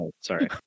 Sorry